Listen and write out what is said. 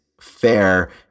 fair